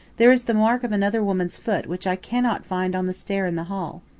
there is the mark of another woman's foot which i cannot find on the stair in the hall.